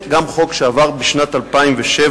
גם זה חוק שעבר בשנת 2007,